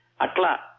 Atla